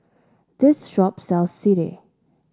this shop sells Sireh